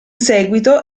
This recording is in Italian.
seguito